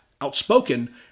Outspoken